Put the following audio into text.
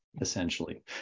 essentially